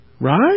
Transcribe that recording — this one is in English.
Right